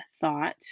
thought